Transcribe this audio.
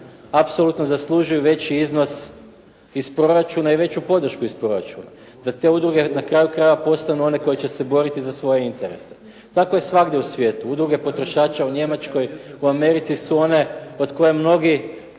apsolutno zaslužuju veći iznos iz proračuna i veću podršku iz proračuna, da te udruge na kraju krajeva postanu one koje će se boriti za svoje interese. Tako je svugdje u svijetu. Udruge potrošača u Njemačkoj, u Americi su one od koje mnogi